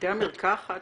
בתי המרקחת,